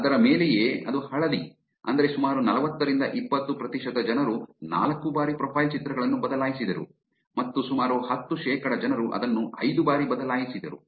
ಅದರ ಮೇಲೆಯೇ ಅದು ಹಳದಿ ಅಂದರೆ ಸುಮಾರು ನಲವತ್ತರಿಂದ ಇಪ್ಪತ್ತು ಪ್ರತಿಶತ ಜನರು ನಾಲ್ಕು ಬಾರಿ ಪ್ರೊಫೈಲ್ ಚಿತ್ರಗಳನ್ನು ಬದಲಾಯಿಸಿದರು ಮತ್ತು ಸುಮಾರು ಹತ್ತು ಶೇಕಡಾ ಜನರು ಅದನ್ನು ಐದು ಬಾರಿ ಬದಲಾಯಿಸಿದರು